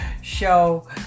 show